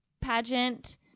pageant